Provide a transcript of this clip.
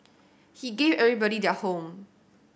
he gave everybody their home